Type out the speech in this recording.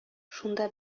шунда